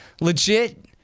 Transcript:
legit